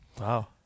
Wow